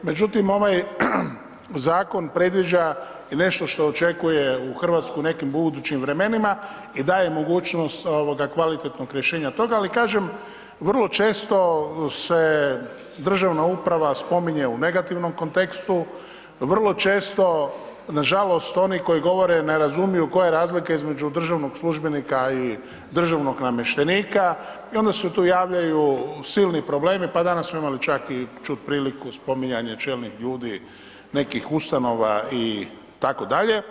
Međutim, ovaj zakon predviđa i nešto što očekuje u RH u nekim budućim vremenima i daje mogućnost kvalitetnog rješenja toga, ali kažem, vrlo često se državna uprava spominje u negativnom kontekstu, vrlo često nažalost koji govore ne razumiju koja je razlika između državnog službenika i državnog namještenika i onda se tu javljaju silni problemi, pa danas smo imali čak i čut priliku spominjanja čelnih ljudi nekih ustanova itd.